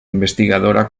investigadora